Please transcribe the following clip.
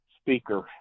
speaker